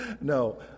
No